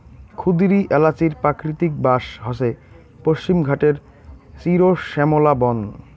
ক্ষুদিরী এ্যালাচির প্রাকৃতিক বাস হসে পশ্চিমঘাটের চিরশ্যামলা বন